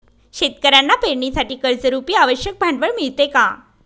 शेतकऱ्यांना पेरणीसाठी कर्जरुपी आवश्यक भांडवल मिळते का?